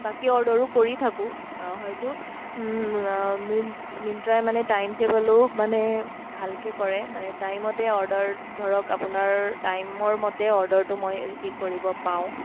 বাকী অৰ্ডাৰো কৰি থাকোঁ হয়তো মিণ্ট্ৰাই মানে টাইমটেবলো মানে ভালকৈ কৰে মানে টাইমতে অৰ্ডাৰ ধৰক আপোনাৰ টাইমৰ মতে অৰ্ডাৰটো মই ৰিচিভ কৰিব পাওঁ